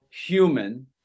human